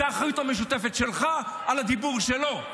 זו האחריות המשותפת שלך על הדיבור שלו.